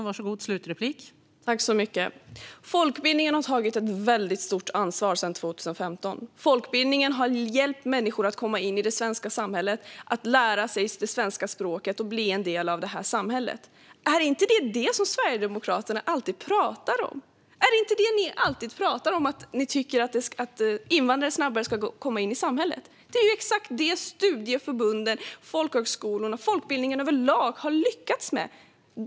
Fru talman! Folkbildningen har tagit ett väldigt stort ansvar sedan 2015. Folkbildningen har hjälpt människor att komma in i det svenska samhället, att lära sig det svenska språket och att bli en del av detta samhälle. Är det inte det som Sverigedemokraterna alltid pratar om? Tycker ni inte att invandrare snabbare ska komma in i samhället? Det är ju exakt det studieförbunden, folkhögskolorna och folkbildningen överlag har lyckats med.